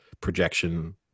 projection